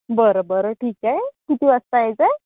बरं बरं ठीक आहे किती वाजता यायचा आहे